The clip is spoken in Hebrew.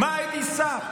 הייתי שר.